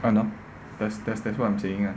!hannor! that's that's that's what I'm saying ah